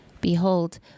behold